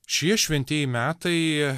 šie šventieji metai